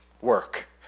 work